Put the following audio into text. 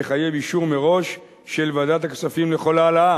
המחייב אישור מראש של ועדת הכספים לכל העלאה.